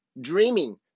dreaming